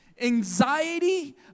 anxiety